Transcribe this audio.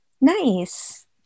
Nice